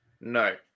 No